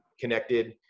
connected